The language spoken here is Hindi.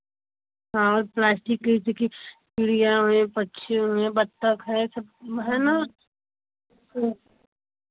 हाँ और प्लास्टिक की चिड़ियाँ हैं पक्षी हुए बत्तख है है ना